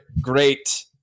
great